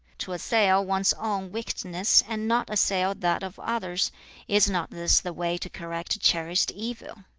to assail one's own wickedness and not assail that of others is not this the way to correct cherished evil?